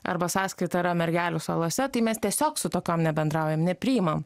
arba sąskaita yra mergelių salose tai mes tiesiog su tokiom nebendraujam nepriimam